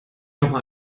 nochmal